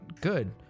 Good